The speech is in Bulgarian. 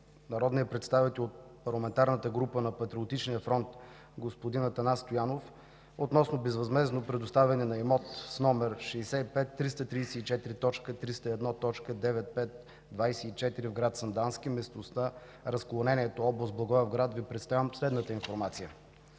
народния представител от Парламентарната група на Патриотичния фронт господин Атанас Стоянов относно безвъзмездно предоставяне на имот № 65334.301.9524 в град Сандански, местността „Разклонението”, област Благоевград, Ви представям следната информация.